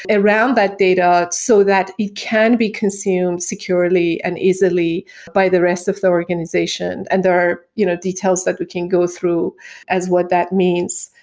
around that data so that it can be consumed securely and easily by the rest of the organization. and there are you know details that we can go through as what that means.